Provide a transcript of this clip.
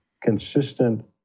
consistent